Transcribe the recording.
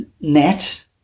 net